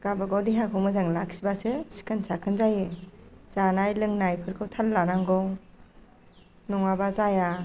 गावबागाव देहाखौ मोजां लाखियोब्लासो सिखोन साखोन जायो जानाय लोंनायफोरखौ थाल लानांगौ नङाब्ला जाया